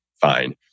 Fine